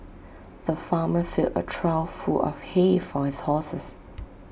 the farmer filled A trough full of hay for his horses